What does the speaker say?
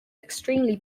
extremely